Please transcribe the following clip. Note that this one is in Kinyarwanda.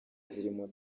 zirimo